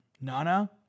Nana